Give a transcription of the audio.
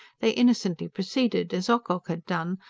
they innocently proceeded, as ocock had done,